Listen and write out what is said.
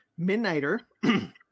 Midnighter